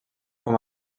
com